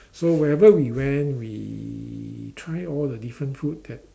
so wherever we went we try all the different food that